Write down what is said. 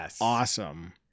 awesome